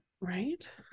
right